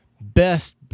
best